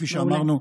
וכפי שאמרנו,